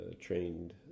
trained